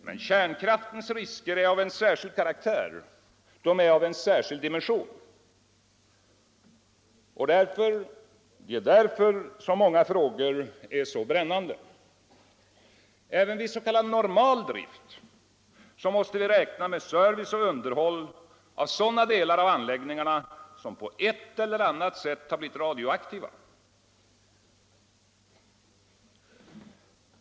Men kärnkraftens risker har en särskild karaktär, en särskild dimension. Det är därför många frågor är så brännande. Även vid s.k. normal drift måste vi räkna med service och underhåll av sådana delar av anläggningarna som på ett eller annat sätt har blivit radioaktiva.